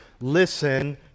Listen